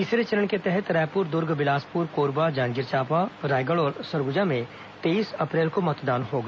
तीसरे चरण के तहत रायपुर दुर्ग बिलासपुर कोरबा जांजगीर चांपा रायगढ़ और सरगुजा में तेईस अप्रैल को मतदान होगा